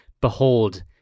behold